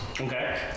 Okay